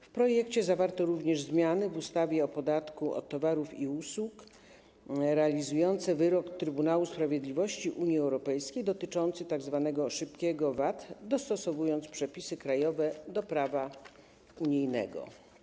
W projekcie zawarto również zmiany wprowadzane do ustawy o podatku od towarów i usług realizujące wyrok Trybunału Sprawiedliwości Unii Europejskiej dotyczący tzw. szybkiego VAT, dostosowując przepisy krajowe do prawa unijnego.